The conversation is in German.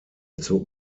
zog